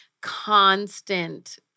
constant